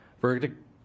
Verdict